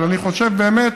אבל אני חושב באמת